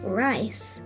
rice